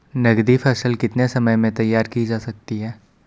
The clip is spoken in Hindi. नगदी फसल कितने समय में तैयार की जा सकती है?